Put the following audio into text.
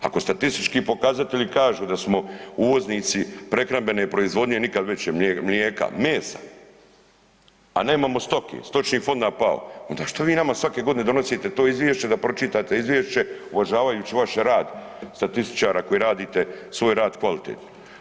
Ako statistički pokazatelji kažu da smo uvoznici prehrambene proizvodnje nikad veće, mlijeka, mesa, a nemamo stoke, stočni fond nam pao, onda što vi nama svake godine donosite to izvješće da pročitate izvješće uvažavajući vaš rad statističara koji radite svoj rad kvalitetno.